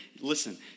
listen